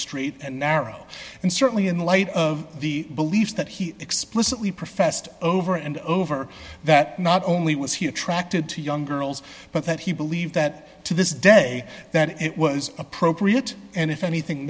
straight and narrow and certainly in light of the believes that he explicitly professed over and over that not only was he attracted to young girls but that he believed that to this day that it was appropriate and if anything